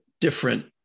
different